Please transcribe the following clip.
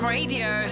Radio